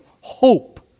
hope